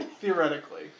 theoretically